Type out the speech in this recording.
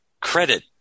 credit